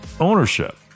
ownership